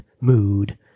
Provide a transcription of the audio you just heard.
mood